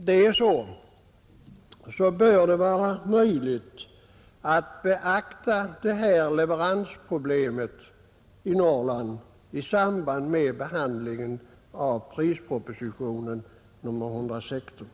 Därför bör det vara möjligt att beakta detta leveransproblem i Norrland i samband med behandlingen av proposition nr 116.